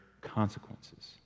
consequences